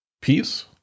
peace